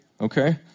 Okay